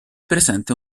presente